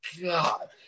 God